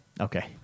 Okay